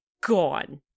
gone